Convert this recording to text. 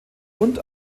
und